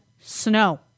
snow